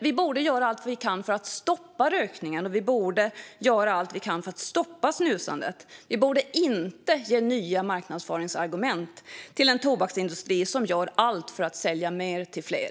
Vi borde göra allt vi kan för att stoppa rökningen, och vi borde göra allt vi kan för att stoppa snusandet. Vi borde inte ge nya marknadsföringsargument till en tobaksindustri som gör allt för att sälja mer till fler.